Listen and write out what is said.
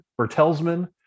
Bertelsmann